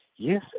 Yes